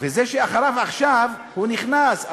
וזה שאחריו עכשיו הוא נכנס,